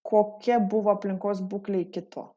kokia buvo aplinkos būklė iki to